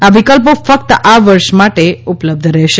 આ વિકલ્પો ફક્ત આ વર્ષ માટે ઉપલબ્ધ રહેશે